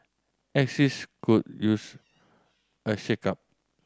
axis could use a shakeup